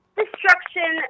destruction